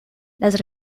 las